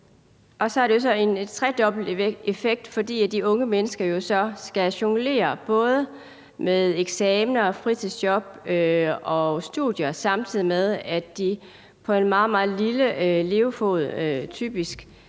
Og så har det jo en tredobbelt effekt, fordi de unge mennesker jo så skal jonglere både med eksamener, fritidsjob og studier, samtidig med at de på en meget, meget lille levefod typisk